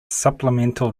supplemental